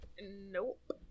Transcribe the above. nope